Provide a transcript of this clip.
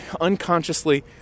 unconsciously